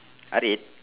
R eight